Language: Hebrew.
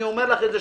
אני אומר לך את זה,